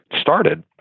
started